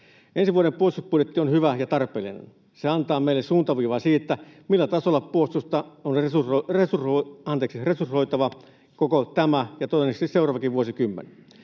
Ensi vuoden puolustusbudjetti on hyvä ja tarpeellinen. Se antaa meille suuntaviivaa siitä, millä tasolla puolustusta on resursoitava koko tämä ja todennäköisesti seuraavakin vuosikymmen.